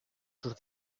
sus